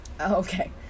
okay